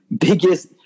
biggest